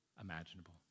imaginable